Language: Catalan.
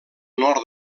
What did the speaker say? nord